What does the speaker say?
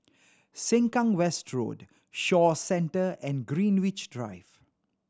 Sengkang West Road Shaw Centre and Greenwich Drive